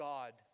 God